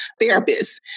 therapists